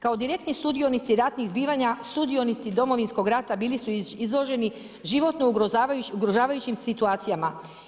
Kao direktni sudionici ratnih zbivanja, sudionici Domovinskog rata bili su izloženi životno ugrožavajućim situacijama.